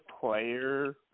player